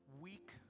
weak